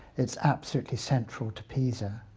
it's absolutely central to pisa.